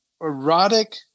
erotic